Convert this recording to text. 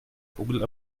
vogel